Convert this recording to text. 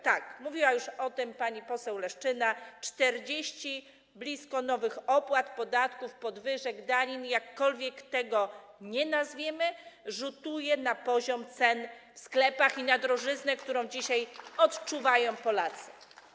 Tak, mówiła już o tym pani poseł Leszczyna, blisko 40 nowych opłat, podatków, podwyżek, danin, jakkolwiek to nazwiemy, rzutuje na poziom cen w sklepach i na drożyznę, którą dzisiaj odczuwają Polacy.